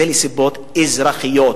זה מסיבות אזרחיות,